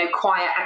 quiet